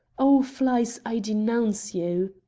o flies! i denounce you!